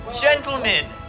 Gentlemen